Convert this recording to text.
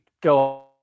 go